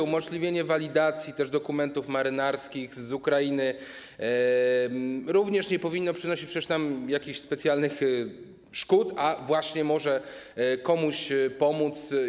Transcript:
Umożliwienie walidacji dokumentów marynarskich z Ukrainy również nie powinno przynosić nam przecież jakichś specjalnych szkód, a może komuś pomóc.